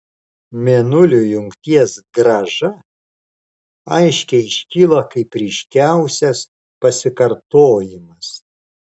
mėnulio jungties grąža aiškiai iškyla kaip ryškiausias pasikartojimas